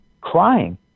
crying